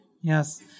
Yes